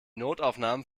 notaufnahmen